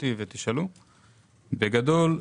בגדול,